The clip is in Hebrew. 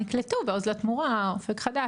נקלטו 'אופק חדש',